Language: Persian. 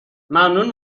ممنون